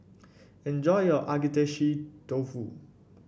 enjoy your Agedashi Dofu